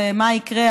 ומה יקרה,